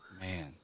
Man